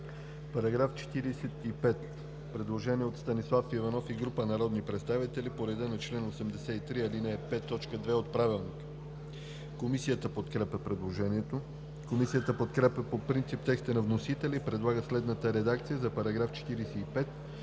По § 45 има предложение на Станислав Иванов и група народни представители по реда на чл. 83, ал. 5, т. 2 от Правилника. Комисията подкрепя предложението. Комисията подкрепя по принцип текста на вносителя и предлага следната редакция за § 45,